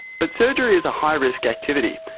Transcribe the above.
but surgery is a high risk activity,